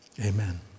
Amen